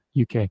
UK